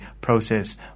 process